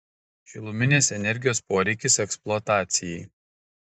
šiluminės energijos poreikis eksploatacijai